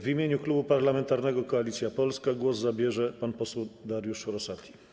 W imieniu Klubu Parlamentarnego Koalicja Polska głos zabierze pan poseł Dariusz Rosati.